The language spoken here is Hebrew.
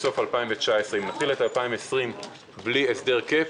בסוף 2019. אם נתחיל את 2020 ללא הסדר קאפ,